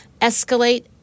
escalate